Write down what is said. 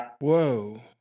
Whoa